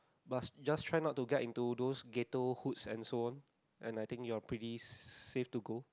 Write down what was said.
but just try not to get into those gather hook and so on and I think you are pretty safe to go